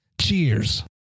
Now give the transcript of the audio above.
Cheers